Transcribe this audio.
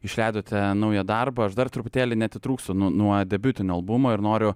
išleidote naują darbą aš dar truputėlį neatitrūksiu nuo debiutinio albumo ir noriu